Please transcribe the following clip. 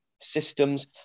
systems